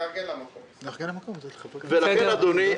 אדוני,